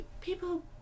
people